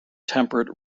temperate